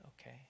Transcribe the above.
okay